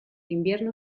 invierno